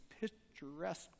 picturesque